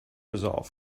resolve